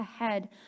ahead